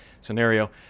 scenario